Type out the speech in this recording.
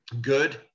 good